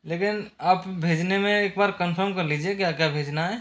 लेकिन आप भेजने में एक बार कनफर्म कर लीजिए क्या क्या भेजना है